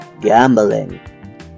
Gambling